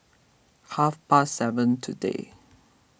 half past seven today